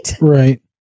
Right